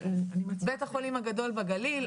בית החולים הגדול בגליל,